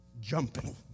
jumping